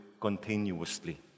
continuously